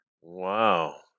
Wow